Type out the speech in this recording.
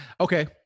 Okay